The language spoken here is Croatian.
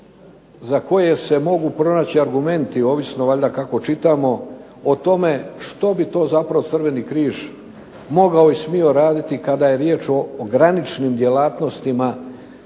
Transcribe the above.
za koje se mogu pronaći argumenti, ovisno valjda kako čitamo, o tome što bi to zapravo Crveni križ mogao i smio raditi kada je riječ o graničnim djelatnostima